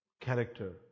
character